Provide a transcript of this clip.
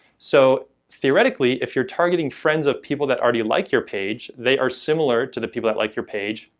so theoretically, if you're targeting friends of people that already like your page they are similar to the people that like your page,